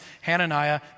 Hananiah